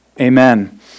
Amen